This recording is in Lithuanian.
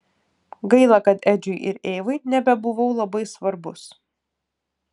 gaila kad edžiui ir eivai nebebuvau labai svarbus